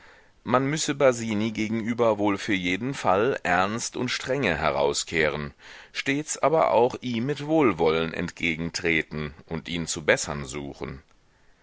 man müsse basini gegenüber wohl für jeden fall ernst und strenge herauskehren stets aber auch ihm mit wohlwollen entgegentreten und ihn zu bessern suchen